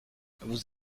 vous